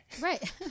Right